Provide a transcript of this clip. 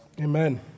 amen